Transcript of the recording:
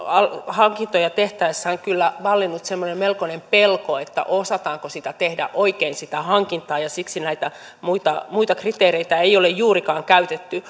hankintoja tehtäessä on kyllä vallinnut semmoinen melkoinen pelko että osataanko sitä hankintaa tehdä oikein ja siksi näitä muita muita kriteereitä ei ole juurikaan käytetty